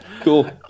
cool